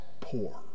poor